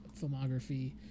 filmography